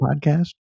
podcast